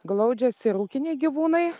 glaudžiasi ir ūkiniai gyvūnai